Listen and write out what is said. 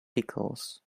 pickles